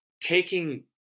taking